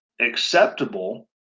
acceptable